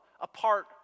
apart